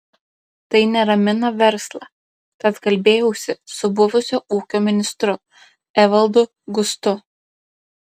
tai neramina verslą tad kalbėjausi su buvusiu ūkio ministru evaldu gustu